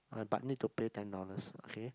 uh but need to pay ten dollars okay